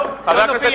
לא, לא, עוד לא סיימתי.